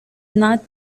not